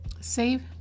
Save